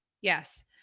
yes